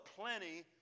plenty